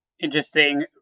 Interesting